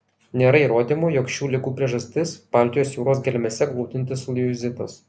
nėra įrodymų jog šių ligų priežastis baltijos jūros gelmėse glūdintis liuizitas